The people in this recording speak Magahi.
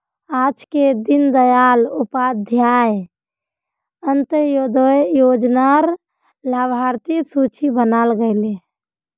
आजके दीन दयाल उपाध्याय अंत्योदय योजना र लाभार्थिर सूची बनाल गयेल